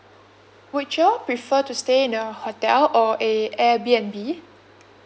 would you all prefer to stay in a hotel or a Airbnb